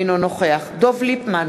אינו נוכח דב ליפמן,